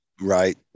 Right